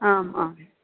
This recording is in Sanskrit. आम् आम्